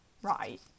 right